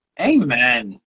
Amen